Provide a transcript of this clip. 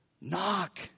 knock